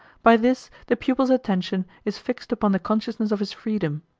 by this the pupil's attention is fixed upon the consciousness of his freedom,